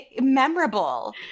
memorable